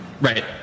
right